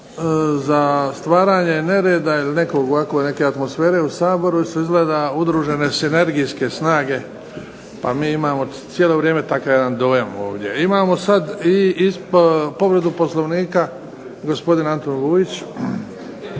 za stvaranje nereda ili neke atmosfere su izgleda udružene sinergijske snage pa mi imamo cijelo vrijeme takav jedan dojam ovdje. Imamo sada povredu Poslovnika gospodin Antun Vujić.